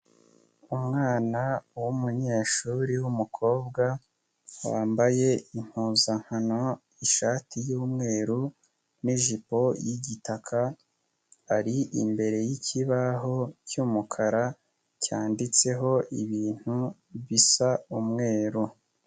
Umwana w'umunyeshuri w'umukobwa, wambaye impuzankano ishati y'umweru n'ijipo y'igitaka, ari imbere yikibaho cy'umukara cyanditseho ibintu bisa umweru.